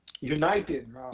United